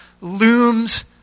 looms